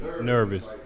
Nervous